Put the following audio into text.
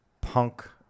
punk